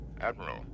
Admiral